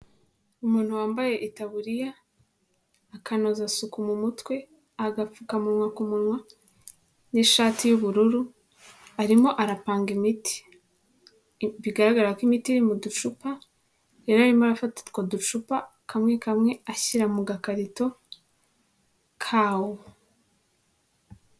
Umuntu wambaye itaburiya, akanozasuku mu mutwe, agapfukamunwa ku munwa n'ishati y'ubururu, arimo arapanga imiti. Bigaragara ko imiti iri mu ducupa, yari arimo arafata utwo ducupa kamwe kamwe ashyira mu gakarito kawo.